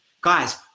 Guys